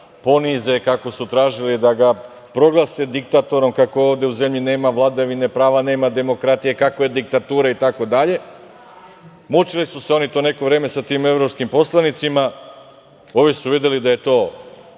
ponize, kako su tražili da ga proglase diktatorom, kako ovde u zemlji nema vladavine prava, nema demokratije, kako je diktatura itd. Mučili su se oni to neko vreme sa tim evropskim poslanicima. Ovi su videli da je to